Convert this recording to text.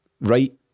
right